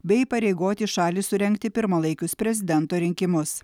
bei įpareigoti šalį surengti pirmalaikius prezidento rinkimus